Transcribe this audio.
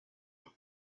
what